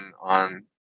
on